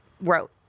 wrote